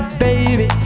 baby